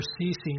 ceasing